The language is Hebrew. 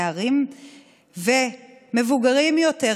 נערים ומבוגרים יותר,